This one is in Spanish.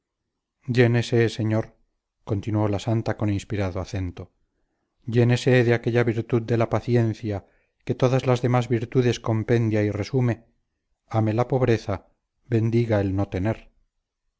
articular palabra llénese señor continuó la santa con inspirado acento llénese de aquella virtud de la paciencia que todas las demás virtudes compendia y resume ame la pobreza bendiga el no tener